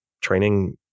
training